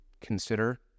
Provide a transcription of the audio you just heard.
consider